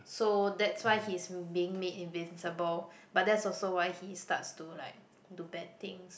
so that's why he's being made invincible but that's also why he starts to like do bad things